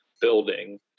building